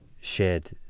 shared